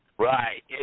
Right